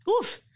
Oof